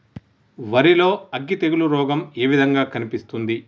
వరి లో అగ్గి తెగులు రోగం ఏ విధంగా కనిపిస్తుంది?